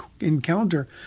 encounter